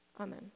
Amen